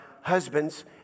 husbands